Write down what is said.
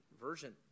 version